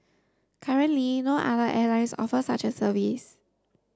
currently no other airlines offer such a service